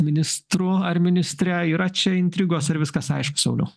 ministru ar ministre yra čia intrigos ar viskas aišku sauliau